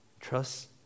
Trust